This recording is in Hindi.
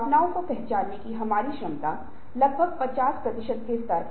यह कहता है कि परिवर्तन अपरिवर्तन से जमने तक और अंत में पुनरावृत्ति की ओर बढ़ता है